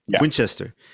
Winchester